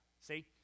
See